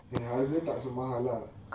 and harga tak so mahal lah